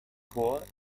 chor